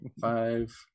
five